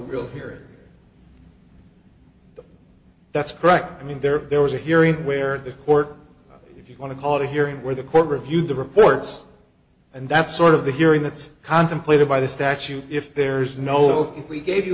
real here that's correct i mean there was a hearing where the court if you want to call it a hearing where the court reviewed the reports and that's sort of the hearing that's contemplated by the statute if there is no if we gave you